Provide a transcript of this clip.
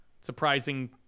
surprising